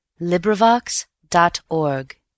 LibriVox.org